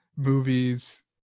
movies